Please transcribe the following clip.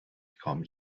kaum